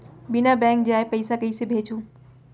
बिना बैंक जाए पइसा कइसे भेजहूँ?